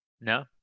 No